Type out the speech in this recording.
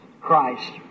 Christ